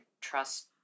trust